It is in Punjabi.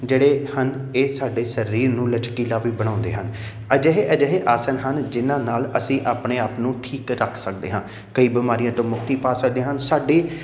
ਜਿਹੜੇ ਹਨ ਇਹ ਸਾਡੇ ਸਰੀਰ ਨੂੰ ਲਚਕੀਲਾ ਵੀ ਬਣਾਉਂਦੇ ਹਨ ਅਜਿਹੇ ਅਜਿਹੇ ਆਸਨ ਹਨ ਜਿਹਨਾਂ ਨਾਲ ਅਸੀਂ ਆਪਣੇ ਆਪ ਨੂੰ ਠੀਕ ਰੱਖ ਸਕਦੇ ਹਾਂ ਕਈ ਬਿਮਾਰੀਆਂ ਤੋਂ ਮੁਕਤੀ ਪਾ ਸਕਦੇ ਹਨ ਸਾਡੇ